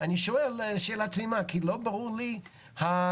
אני שואל שאלה תמימה, כי לא ברור לי ההנחה